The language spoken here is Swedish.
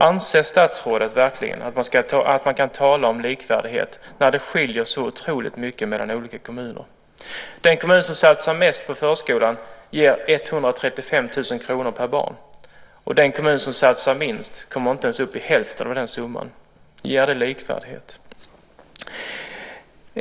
Anser statsrådet verkligen att man kan tala om likvärdighet när det skiljer så oerhört mycket mellan olika kommuner? Den kommun som satsar mest på förskolan ger 135 000 kr per barn, och den kommun som satsar minst kommer inte ens upp i hälften av den summan. Är detta likvärdighet?